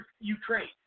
Ukraine